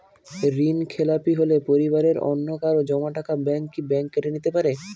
ঋণখেলাপি হলে পরিবারের অন্যকারো জমা টাকা ব্যাঙ্ক কি ব্যাঙ্ক কেটে নিতে পারে?